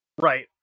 right